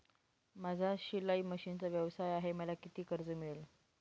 माझा शिलाई मशिनचा व्यवसाय आहे मला किती कर्ज मिळेल?